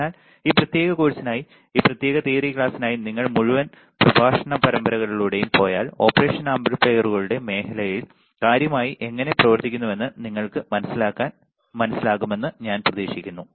അതിനാൽ ഈ പ്രത്യേക കോഴ്സിനായി ഈ പ്രത്യേക തിയറി ക്ലാസ്സിനായി നിങ്ങൾ മുഴുവൻ പ്രഭാഷണ പരമ്പരകളിലൂടെയും പോയാൽ ഓപ്പറേഷൻ ആംപ്ലിഫയറുകളുടെ മേഖലയിൽ കാര്യങ്ങൾ എങ്ങനെ പ്രവർത്തിക്കുന്നുവെന്ന് നിങ്ങൾക്ക് മനസ്സിലാകുമെന്ന് ഞാൻ പ്രതീക്ഷിക്കുന്നു